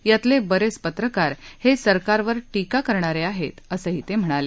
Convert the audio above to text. यातले बरेच पत्रकार हे सरकारवर टीका करणारे आहेत असंही ते म्हणाले